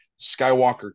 Skywalker